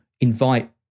invite